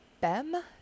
Bem